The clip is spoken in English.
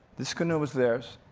this canoe was theirs,